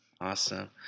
Awesome